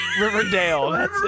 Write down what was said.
Riverdale